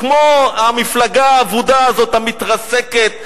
כמו המפלגה האבודה הזאת המתרסקת ל"עצמאותה",